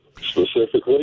specifically